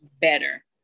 better